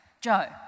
Joe